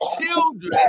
children